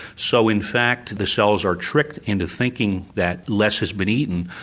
so in fact the cells are tricked into thinking that less has been eaten,